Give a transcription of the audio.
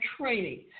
training